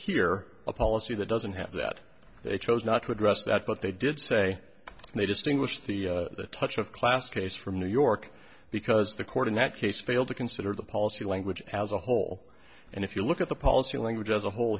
here a policy that doesn't have that they chose not to address that but they did say and they distinguished the touch of class case from new york because the court in that case failed to consider the policy language as a whole and if you look at the policy language as a whole